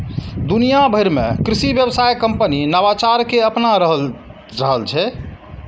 दुनिया भरि मे कृषि व्यवसाय कंपनी नवाचार कें अपना रहल छै